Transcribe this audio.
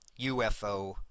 UFO